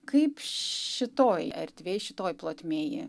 kaip šitoj erdvėj šitoj plotmėj